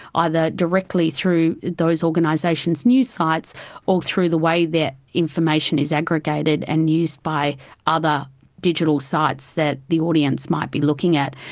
either directly through those organisations' news sites or through the way their information is aggregated and used by other digital sites that the audience might be looking at.